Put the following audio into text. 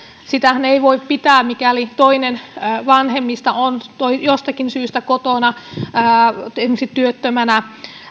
sitähän ei voi pitää mikäli toinen vanhemmista on jostakin syystä kotona esimerkiksi työttömänä